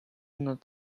not